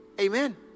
Amen